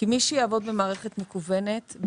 מי שיעבוד במערכת מקוונת,